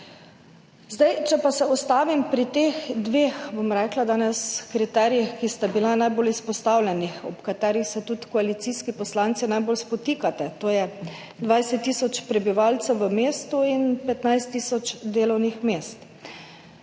širše. Če pa se ustavim pri teh dveh kriterijih, ki sta bila danes najbolj izpostavljena in ob katerih se tudi koalicijski poslanci najbolj spotikate, to sta 20 tisoč prebivalcev v mestu in 15 tisoč delovnih mest.